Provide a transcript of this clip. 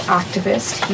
activist